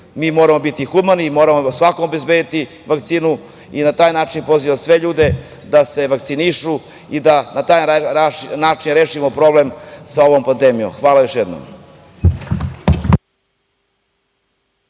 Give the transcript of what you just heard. moramo biti humani i moramo svakom obezbediti vakcinu i na taj način pozivam sve ljude da se vakcinišu i da na taj način rešimo problem sa ovom pandemijom. Hvala još jednom.